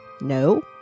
No